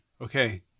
Okay